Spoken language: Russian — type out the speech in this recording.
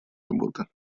работы